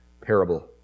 parable